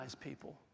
people